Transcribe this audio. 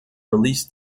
release